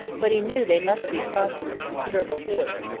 but he knew they must be crossing in considerable force,